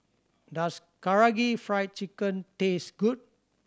does Karaage Fried Chicken taste good